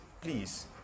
please